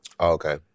Okay